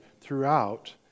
throughout